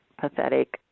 pathetic